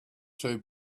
two